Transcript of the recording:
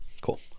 Cool